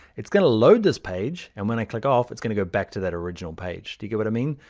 it's going to load this page. and when i click off it's going to go back to that original page. do you get what i mean?